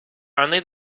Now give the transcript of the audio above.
only